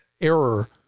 error